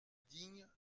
digne